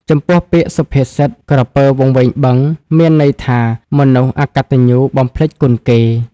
ចំពោះពាក្យ សុភាសិត ក្រពើវង្វេងបឹងមានន័យថា មនុស្សអកត្តញ្ញូបំភ្លេចគុណគេ ។